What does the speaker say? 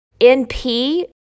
NP